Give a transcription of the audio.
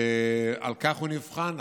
ועל כך הוא נבחן.